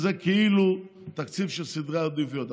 וזה כאילו תקציב של סדרי עדיפויות.